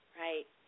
Right